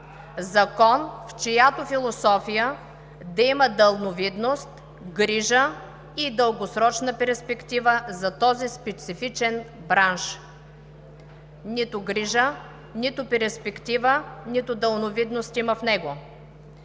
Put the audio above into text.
закон, в чиято философия да има далновидност, грижа и дългосрочна перспектива за този специфичен бранш. Нито грижа, нито перспектива, нито далновидност има в него.